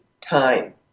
time